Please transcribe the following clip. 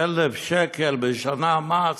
1,000 שקל בשנה מס?